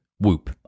Whoop